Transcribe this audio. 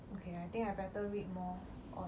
okay I think I better read more on